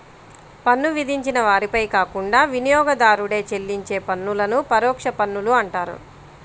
పన్ను విధించిన వారిపై కాకుండా వినియోగదారుడే చెల్లించే పన్నులను పరోక్ష పన్నులు అంటారు